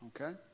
Okay